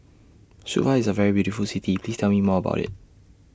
Suva IS A very beautiful City Please Tell Me More about IT